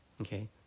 Okay